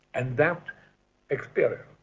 and that experience,